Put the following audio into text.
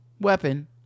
weapon